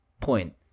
point